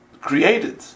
created